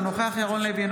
אינו נוכח ירון לוי,